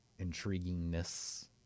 intriguingness